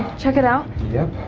check it out yup.